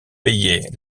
payer